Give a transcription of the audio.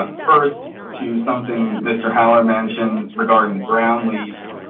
ah first to something mr. holler mentioned regarding the ground lease.